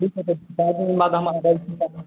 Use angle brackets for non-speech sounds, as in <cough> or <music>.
ठीक छै <unintelligible>